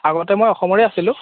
আগতে মই অসমৰে আছিলোঁ